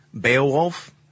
Beowulf